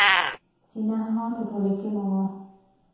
চীনা হাঁহৰ ঠোঁটলৈকে মঙহ